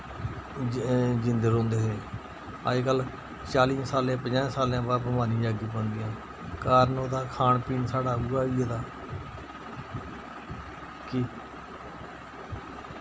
जींदे रोह्नदे हे अजकल्ल चालियें सालें पञां सालें बाद बमारियां जागी पौंदियां कारण उ'दा खान पीन साढ़ा उयै होई गेदा कि